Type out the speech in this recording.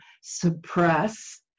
suppress